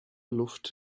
luft